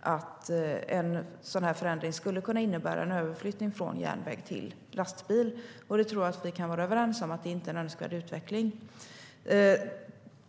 att en sådan förändring skulle kunna innebära en överflyttning av gods från järnväg till lastbil, vilket jag tror att vi kan vara överens om inte är en önskvärd utveckling.